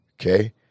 Okay